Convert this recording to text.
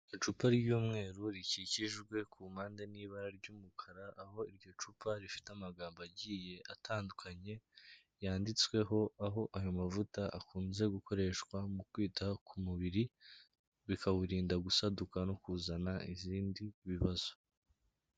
Icupa ry'umweru rikikijwe ku mpande n'ibara ry'umukara aho iryo cupa rifite amagambo agiye atandukanye yanditsweho aho ayo mavuta akunze gukoreshwa mu kwita ku mubiri bikawurinda gusaduka no kuzana izindi bibazo.